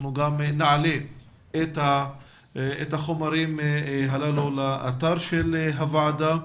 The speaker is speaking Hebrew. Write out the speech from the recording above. אנחנו גם נעלה את החומרים הללו לאתר הוועדה.